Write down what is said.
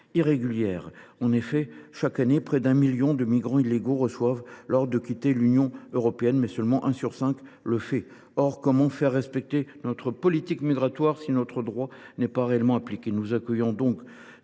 irrégulière. En effet, chaque année, près d’un demi million de migrants illégaux reçoivent l’ordre de quitter l’UE, mais seulement un sur cinq le fait. Comment faire respecter notre politique migratoire si notre droit n’est pas réellement appliqué ? Nous accueillons donc